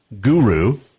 guru